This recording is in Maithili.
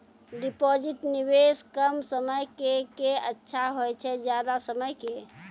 डिपॉजिट निवेश कम समय के के अच्छा होय छै ज्यादा समय के?